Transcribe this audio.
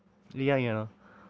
फ्ही आई जाना